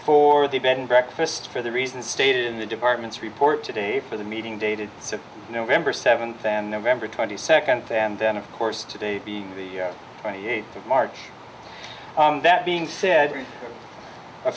for the bed and breakfast for the reasons stated in the department's report today for the meeting dated since november seventh and november twenty second and then of course today the twenty eighth of march that being said